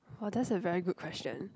well that's a very good question